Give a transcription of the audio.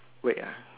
wait ah